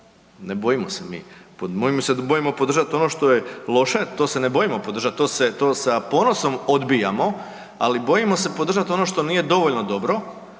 ne bojim se mi, mi se bojimo podržati ono što je loše a to se ne bojimo podržati, to sa ponosom odbijamo, ali bojimo se podržati ono što nije dovoljno dobro,